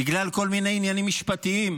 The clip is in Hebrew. בגלל כל מיני עניינים משפטיים,